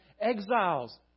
exiles